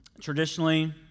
Traditionally